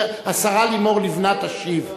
השרה לימור לבנת תשיב.